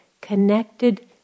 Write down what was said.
connected